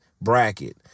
bracket